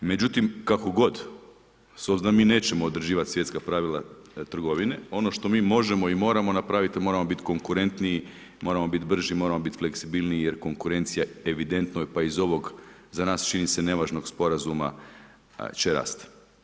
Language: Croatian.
Međutim kako god s obzirom da mi nećemo određivati svjetska pravila trgovine, ono što mi možemo i moramo napraviti, moramo biti konkurentniji, moramo biti brži, moramo biti fleksibilniji jer konkurencija evidentno je pa iz ovog, za naš čini se, nevažnog sporazuma će rasti.